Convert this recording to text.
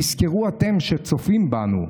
תזכרו אתם, שצופים בנו.